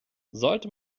sollte